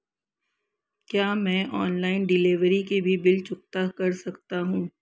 क्या मैं online delivery के भी बिल चुकता कर सकता हूँ?